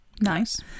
nice